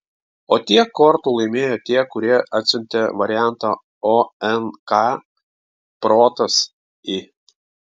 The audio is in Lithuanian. o tiek kortų laimėjo tie kurie atsiuntė variantą o n k protas i